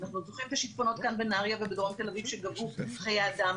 אנחנו זוכרים את השיטפונות כאן בנהריה ובדרום תל אביב שגבו חיי אדם,